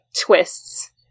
twists